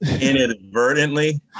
inadvertently